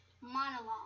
Monologue